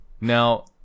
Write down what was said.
Now